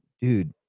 dude